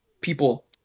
people